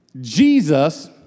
Jesus